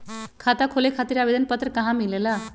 खाता खोले खातीर आवेदन पत्र कहा मिलेला?